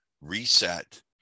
reset